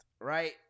right